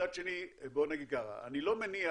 מצד שני, בוא נגיד ככה, אני לא מניח,